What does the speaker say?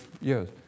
years